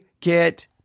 get